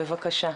בבקשה.